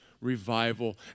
Revival